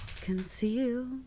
Conceal